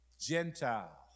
Gentile